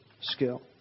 skill